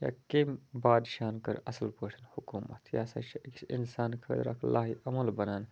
یا کٔمۍ بادشاہَن کٔر اصٕل پٲٹھۍ حکوٗمت یہِ ہسا چھِ أکِس اِنسان خٲطرٕ اَکھ لاہہِ عمل بنان